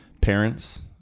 parents